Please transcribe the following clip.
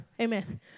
amen